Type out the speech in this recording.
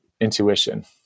intuition